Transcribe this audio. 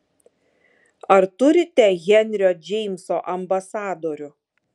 ar turite henrio džeimso ambasadorių